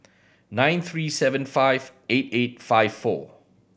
nine three seven five eight eight five four